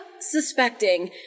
suspecting